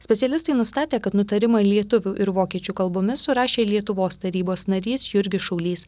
specialistai nustatė kad nutarimą lietuvių ir vokiečių kalbomis surašė lietuvos tarybos narys jurgis šaulys